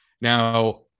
Now